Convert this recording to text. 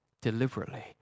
deliberately